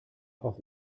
auch